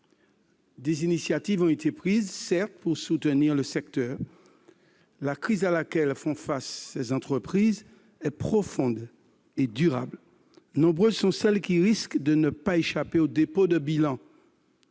des initiatives ont été prises pour soutenir le secteur, mais la crise à laquelle font face ces entreprises est profonde et durable. Nombreuses sont celles qui risquent de ne pas échapper au dépôt de bilan.